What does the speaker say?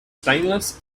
stainless